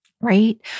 right